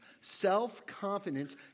Self-confidence